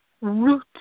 root